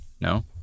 No